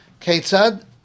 Ketzad